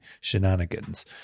shenanigans